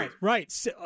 right